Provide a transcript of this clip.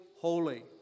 holy